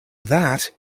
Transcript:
that